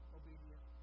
obedience